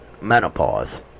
menopause